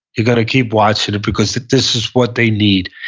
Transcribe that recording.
you're going to keep watching it because this is what they need.